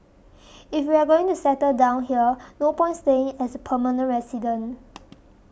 if we are going to settle down here no point staying as a permanent resident